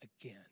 again